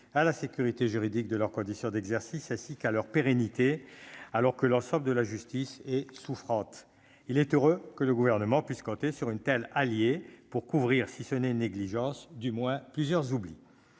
à la sécurité juridique de leurs conditions d'exercice assis à leur pérennité, alors que l'ensemble de la justice et souffrante, il est heureux que le gouvernement puisse compter sur une telle alliés pour couvrir Sissonnais négligence du moins plusieurs oublie,